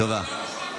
תודה.